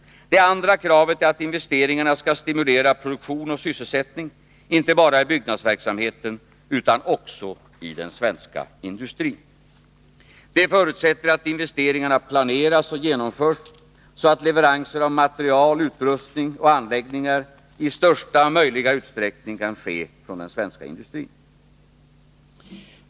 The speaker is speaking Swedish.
Det andra kravet är att investeringarna skall stimulera produktion och sysselsättning, inte bara i byggnadsverksamheten utan också i den svenska industrin. Det förutsätter att investeringarna planeras och genomförs så att leveranser av material, utrustning och anläggningar i största möjliga utsträckning kan ske från den svenska industrin.